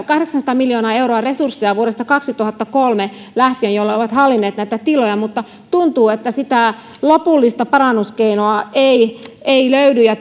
kahdeksansataa miljoonaa euroa resursseja vuodesta kaksituhattakolme lähtien mistä alkaen se on hallinnut näitä tiloja mutta tuntuu että sitä lopullista parannuskeinoa ei ei löydy ja